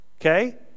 okay